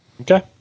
Okay